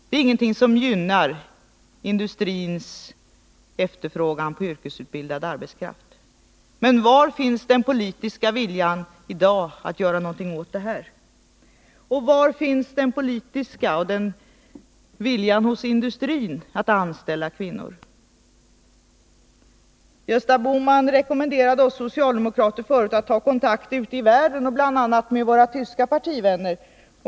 Det är ingenting som gynnar industrins efterfrågan på yrkesutbildad arbetskraft. Men var finns i dag den politiska viljan att göra någonting åt detta? Och var finns den politiska viljan och viljan hos industrin att anställa kvinnor? Gösta Bohman rekommenderade tidigare oss socialdemokrater att ta kontakt med politiker ute i världen, bl.a. med våra tyska partivänner.